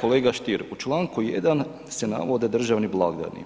Kolega Stier u Članku 1. se navode državni blagdani,